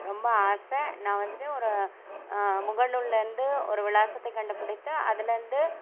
ரொம்ப ஆசை நான் வந்துட்டு ஒரு முகநூல்லிருந்து ஒரு விலாசத்தை கண்டுபிடித்து அதிலேருந்து